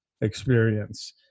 experience